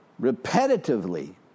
repetitively